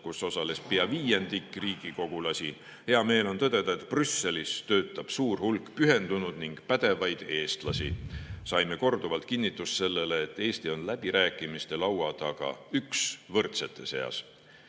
osa pea viiendik riigikogulasi. Hea meel on tõdeda, et Brüsselis töötab suur hulk pühendunud ning pädevaid eestlasi. Saime korduvalt kinnitust sellele, et Eesti on läbirääkimistelaua taga üks võrdsete seas.